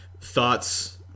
thoughts